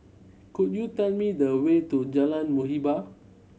could you tell me the way to Jalan Muhibbah